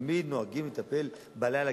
תמיד נוהגים לטפל בלילה,